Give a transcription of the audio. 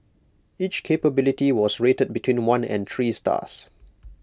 each capability was rated between one and three stars